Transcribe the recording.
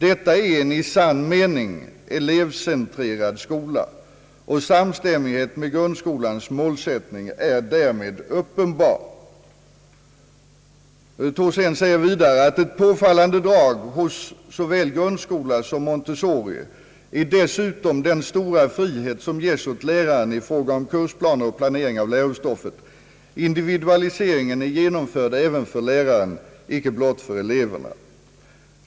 Detta är en i sann mening ”Pelevcentrerad” skola, och samstämmigheten med grundskolans målsättning är därmed uppenbar.» Rektor Thorsén säger vidare att ett påfallande drag hos såväl grundskolan som Montessori dessutom är den stora frihet, som ges åt läraren i fråga om kursplaner och planering av lärostoffet. Individualiseringen är genomförd även för läraren, ej blott för eleverna.